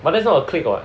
but that's not a clique [what]